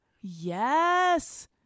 Yes